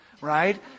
right